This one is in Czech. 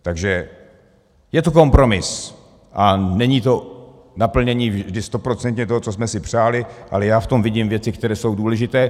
Takže je to kompromis a není to naplnění vždy stoprocentně toho, co jsme si přáli, ale já v tom vidím věci, které jsou důležité.